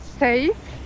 safe